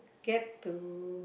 get to